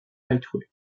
highway